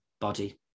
body